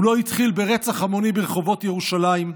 הוא לא התחיל ברצח המוני ברחובות ירושלים,